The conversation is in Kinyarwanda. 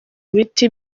ibiti